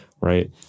right